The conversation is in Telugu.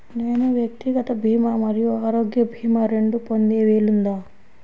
నేను వ్యక్తిగత భీమా మరియు ఆరోగ్య భీమా రెండు పొందే వీలుందా?